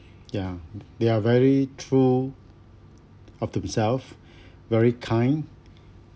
ya they are very true of themselves very kind